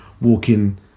walking